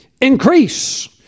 Increase